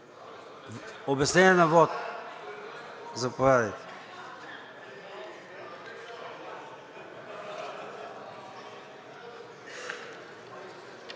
Обяснение на вот? Заповядайте.